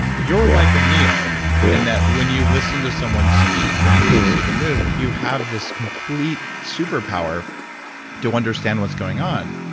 and ones. you're like a neo in that, when you listen to someone speak and when you see them move, you have this complete superpower to understand what's going on.